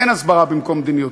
אין הסברה במקום מדיניות.